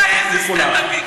וואי, איזה סטנדאפיסט.